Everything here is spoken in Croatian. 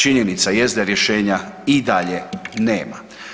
Činjenica jest da rješenja i dalje nema.